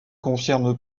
confirme